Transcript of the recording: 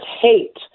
hate